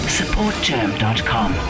supportgerm.com